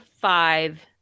five